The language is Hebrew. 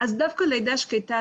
אז דווקא לידה שקטה,